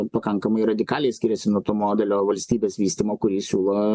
pakankamai radikaliai skiriasi nuo to modelio valstybės vystymo kurį jis siūlo